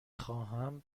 خواهم